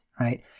Right